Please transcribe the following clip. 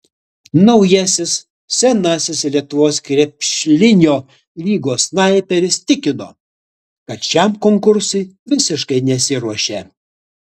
naujasis senasis lietuvos krepšlinio lygos snaiperis tikino kad šiam konkursui visiškai nesiruošė